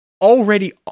Already